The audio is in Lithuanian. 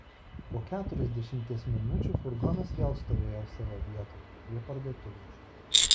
po keturiasdešimties minučių furgonas vėl stovėjo savo vietoje prie parduotuvės